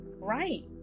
right